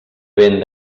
vent